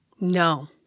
No